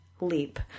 leap